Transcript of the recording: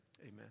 Amen